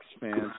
fans